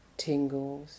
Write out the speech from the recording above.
tingles